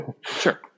sure